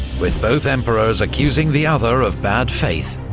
with both emperors accusing the other of bad faith,